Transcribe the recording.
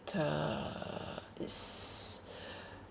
uh is